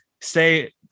stay